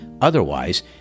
Otherwise